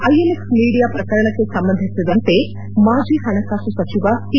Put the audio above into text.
INX media ಪ್ರಕರಣಕ್ಕೆ ಸಂಬಂಧಿಸಿದಂತೆ ಮಾಜಿ ಹಣಕಾಸು ಸಚಿವ ಪಿ